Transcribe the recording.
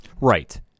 Right